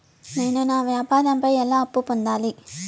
నేను నా వ్యాపారం పై ఎలా అప్పు పొందాలి?